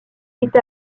est